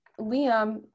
Liam